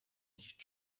nicht